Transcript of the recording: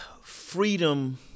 freedom